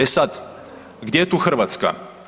E sad, gdje je tu Hrvatska?